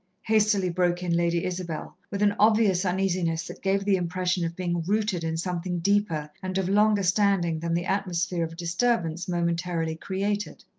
hastily broke in lady isabel, with an obvious uneasiness that gave the impression of being rooted in something deeper and of longer standing than the atmosphere of disturbance momentarily created.